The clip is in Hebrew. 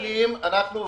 אנחנו עובדים,